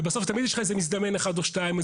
ובסוף תמיד יש לך מזדמן אחד או שניים,